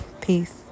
peace